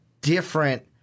different